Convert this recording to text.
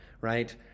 right